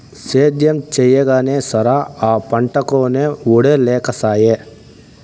సేద్యం చెయ్యగానే సరా, ఆ పంటకొనే ఒడే లేకసాయే